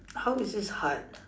how is this hard